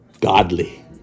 godly